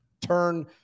turn